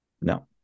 No